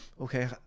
okay